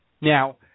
Now